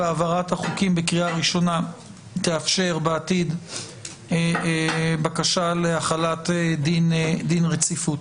והעברת החוקים בקריאה ראשונה תאפשר בעתיד בקשה להחלת דין רציפות.